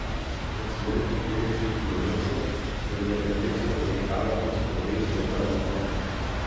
praslinko dvidešimt minučių kol jie be tikslo dreifavo pasroviui siaura upe